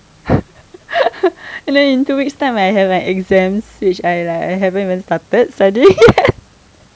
and then in two weeks time I have like exams which I like I haven't even started studying